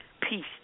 peace